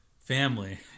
family